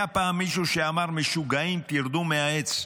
היה פעם מישהו שאמר: משוגעים, תרדו מהעץ.